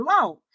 alone